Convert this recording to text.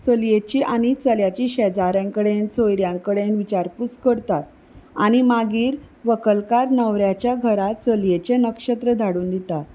चलयेची आनी चल्याची शेजाऱ्यां कडेन सोयऱ्यां कडेन विचारपूस करतात आनी मागीर व्हंकलकार न्हवऱ्याच्या घरांत चलयेचें नक्षत्र धाडून दितात